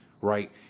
right